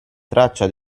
traccia